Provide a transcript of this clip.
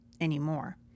anymore